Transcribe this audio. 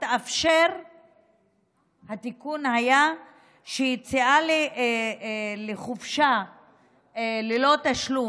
התיקון היה שיציאה לחופשה ללא תשלום,